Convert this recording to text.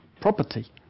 property